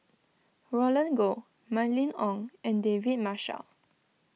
Roland Goh Mylene Ong and David Marshall